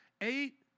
eight